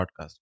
Podcast